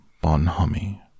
Bonhomie